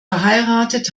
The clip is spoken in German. verheiratet